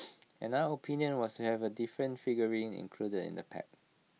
another opinion was have A different figurine included in the pack